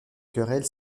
querelle